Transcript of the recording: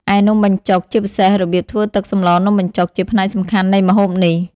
ឯនំបញ្ចុក ជាពិសេសរបៀបធ្វើទឹកសម្លរនំបញ្ចុក ជាផ្នែកសំខាន់នៃម្ហូបនេះ ។